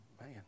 Man